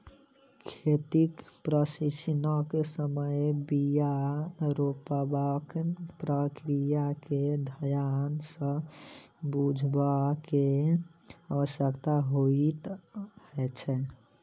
खेतीक प्रशिक्षणक समय बीया रोपबाक प्रक्रिया के ध्यान सँ बुझबअ के आवश्यकता होइत छै